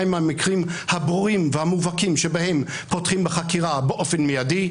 הם המקרים הברורים והמובהקים שבהם פותחים בחקירה באופן מידי,